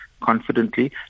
confidently